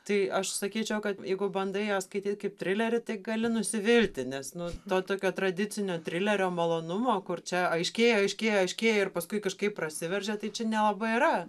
tai aš sakyčiau kad jeigu bandai ją skaityti kaip trilerį tai gali nusivilti nes nu to tokio tradicinio trilerio malonumo kur čia aiškėja aiškėja aiškėja ir paskui kažkaip prasiveržia tai čia nelabai yra